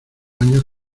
años